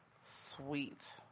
Sweet